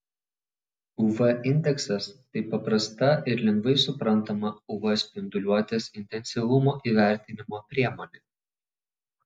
uv indeksas tai paprasta ir lengvai suprantama uv spinduliuotės intensyvumo įvertinimo priemonė